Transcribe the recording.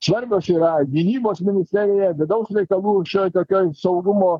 svarbios yra gynybos ministerija vidaus reikalų šioj tokioj saugumo